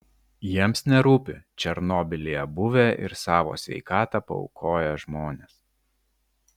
jiems nerūpi černobylyje buvę ir savo sveikatą paaukoję žmonės